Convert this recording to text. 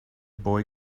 boy